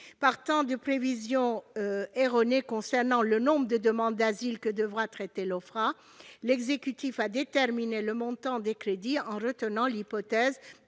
Partant de prévisions erronées concernant le nombre de demandes d'asile que devra traiter l'Ofpra, l'exécutif a déterminé le montant des crédits en retenant l'hypothèse